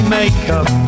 makeup